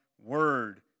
word